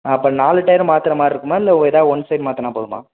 அப்போ நாலு டயரும் மாத்துற மாதிரிருக்குமா இல்லை எதா ஒன் சைட் மாத்துனா போதுமா